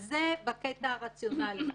אז זה בקטע רציונלי.